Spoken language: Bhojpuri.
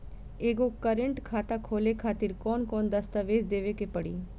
एगो करेंट खाता खोले खातिर कौन कौन दस्तावेज़ देवे के पड़ी?